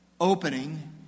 opening